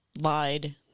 lied